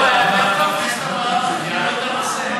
שיעלו את הנושא בכנסת הבאה,